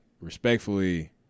respectfully